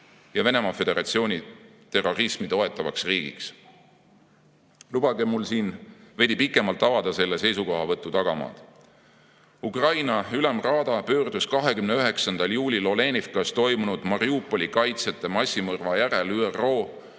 ja Venemaa Föderatsiooni terrorismi toetavaks riigiks. Lubage mul siin veidi pikemalt avada selle seisukohavõtu tagamaid. Ukraina Ülemraada pöördus 29. juulil Olenivkas toimunud Mariupoli kaitsjate massimõrva järel ÜRO,